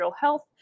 Health